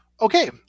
Okay